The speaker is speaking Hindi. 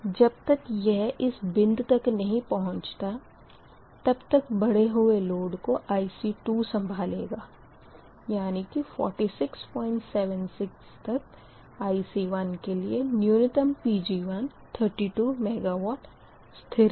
जब तक यह इस बिंद तक नही पहुँचता तब तक बढ़े हुए लोड को IC2 संभालेगा यानी कि 4676 तक IC1 के लिए न्यूनतम Pg1 32 MW स्थिर है